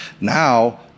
Now